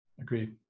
agreed